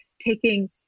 taking